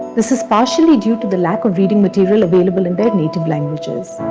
this is partially due to the lack of reading material available in their native languages.